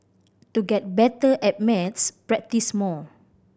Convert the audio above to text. to get better at maths practise more